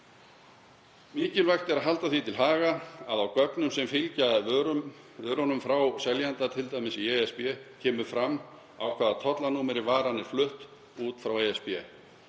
Mikilvægt er að halda því til haga að á gögnum sem fylgja vöru frá seljanda t.d. í ESB kemur fram á hvaða tollnúmeri varan er flutt út frá ESB.